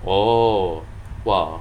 oh !wah!